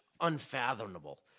unfathomable